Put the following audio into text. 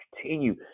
continue